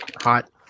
hot